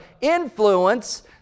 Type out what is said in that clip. influence